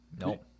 Nope